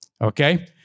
okay